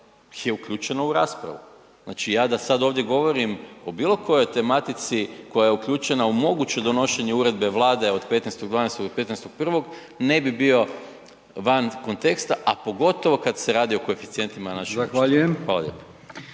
je uključeno u raspravu. Znači ja da sad ovdje govorim o bilokojoj tematici koja je uključena u moguće donošenje uredbe Vlade od 15. 12. do 15. 1., ne bi bio van konteksta a pogotovo kad se radi o koeficijentima naših učitelja. Hvala